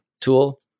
tool